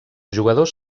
jugadors